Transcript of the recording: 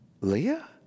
Leah